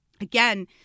again